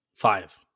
Five